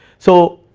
so,